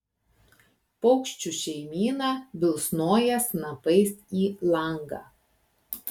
paukščių šeimyna bilsnoja snapais į langą